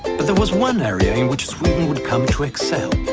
but there was one area in which sweden would come to excel.